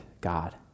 God